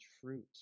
fruit